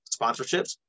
sponsorships